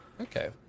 Okay